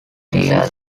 teams